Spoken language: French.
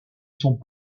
sont